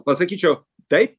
pasakyčiau taip